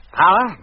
power